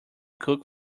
cook